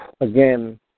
Again